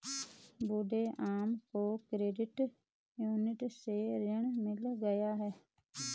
बूढ़ी अम्मा को credit union से ऋण मिल गया है